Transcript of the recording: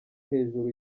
hejuru